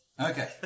Okay